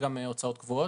קיבלו הוצאות קבועות.